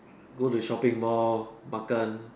go the shopping mall makan